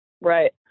Right